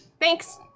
thanks